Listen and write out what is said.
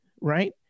Right